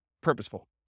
purposeful